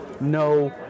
no